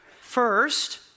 First